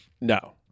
no